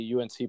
UNC